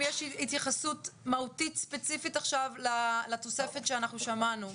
אם יש התייחסות מהותית ספציפית עכשיו לתוספת שאנחנו שמענו.